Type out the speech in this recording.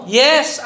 yes